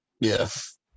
yes